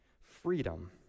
freedom